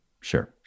sure